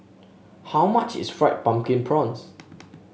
how much is Fried Pumpkin Prawns